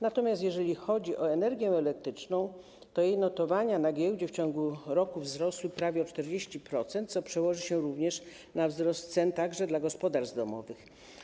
Natomiast jeżeli chodzi o energię elektryczną, to jej notowania na giełdzie w ciągu roku wzrosły prawie o 40%, co przełoży się również na wzrost cen dla gospodarstw domowych.